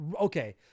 okay